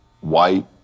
white